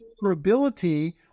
vulnerability